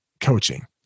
coaching